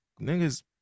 niggas